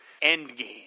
Endgame